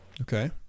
Okay